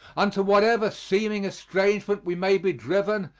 into whatever seeming estrangement we may be driven,